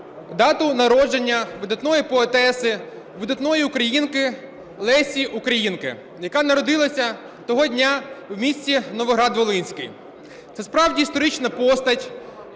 дату народження видатної поетеси, видатної українки Лесі Українки, яка народилася того дня в місті Новоград-Волинський. Це справді історична постать